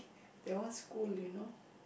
that one school you know